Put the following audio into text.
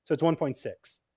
so it's one point six.